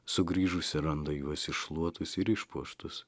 sugrįžusi randa juos iššluotus ir išpuoštus